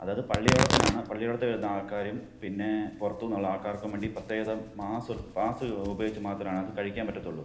അതായത് പള്ളിയോടത്തിൽ നിന്നാണ് പള്ളിയോടത്തിൽ വരുന്ന ആള്ക്കാരും പിന്നെ പറത്തുനിന്നുള്ള ആള്ക്കാര്ക്കും വേണ്ടി പ്രത്യേകതരം പാസ് ഉപയോഗിച്ച് മാത്രമാണ് അത് കഴിക്കാന് പറ്റത്തുള്ളൂ